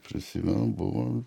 prisimenu buvo